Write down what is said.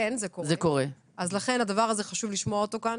זה קורה, לכן הדבר הזה, חשוב לשמוע אותו כאן.